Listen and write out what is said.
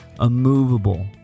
immovable